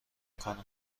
کنم